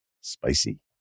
spicy